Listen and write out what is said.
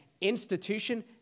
institution